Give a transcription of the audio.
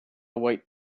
white